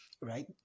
right